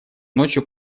ночью